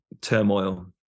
turmoil